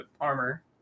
armor